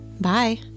Bye